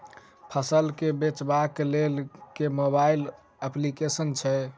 फसल केँ बेचबाक केँ लेल केँ मोबाइल अप्लिकेशन छैय?